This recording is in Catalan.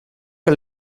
que